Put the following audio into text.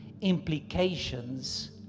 implications